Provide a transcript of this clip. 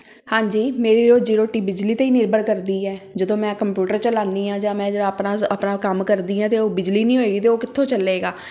ਹਾਂਜੀ ਮੇਰੀ ਰੋਜ਼ੀ ਰੋਟੀ ਬਿਜਲੀ 'ਤੇ ਹੀ ਨਿਰਭਰ ਕਰਦੀ ਹੈ ਜਦੋਂ ਮੈਂ ਕੰਪਿਊਟਰ ਚਲਾਉਂਦੀ ਹਾਂ ਜਾਂ ਮੈਂ ਜਿਹੜਾ ਆਪਣਾ ਆਪਣਾ ਕੰਮ ਕਰਦੀ ਹਾਂ ਅਤੇ ਉਹ ਬਿਜਲੀ ਨਹੀਂ ਹੋਏਗੀ ਤਾਂ ਉਹ ਕਿੱਥੋਂ ਚੱਲੇਗਾ